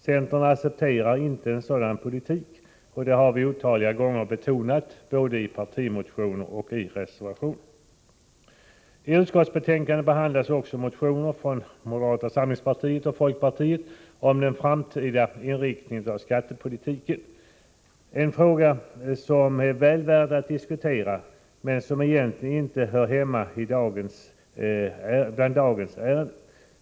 Centern accepterar inte en sådan politik, och det har vi otaliga gånger betonat både i partimotioner och i reservationer. I utskottsbetänkandet behandlas också motioner från moderata samlingspartiet och folkpartiet om den framtida inriktningen av skattepolitiken, en fråga som är väl värd att diskutera men som egentligen inte hör hemma bland dagens ärenden.